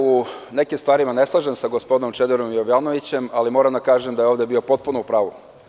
U nekim stvarima se ne slažem sa gospodinom Čedomir Jovanovićem, ali moram da kažem da je ovde bio potpuno u pravu.